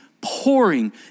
pouring